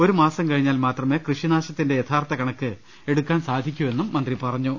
ഒരു മാസം കഴിഞ്ഞാൽ മാത്രമേ കൃഷി നാശത്തിന്റെ യഥാർത്ഥ കണക്ക് എടുക്കാൻ സാധിക്കൂ എന്നും മന്ത്രി അറിയിച്ചു